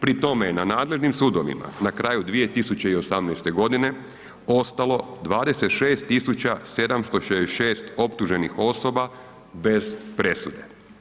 Pri tome je na nadležnim sudovima na kraju 2018.g. ostalo 26766 optuženih osoba bez presude.